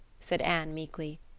said anne meekly.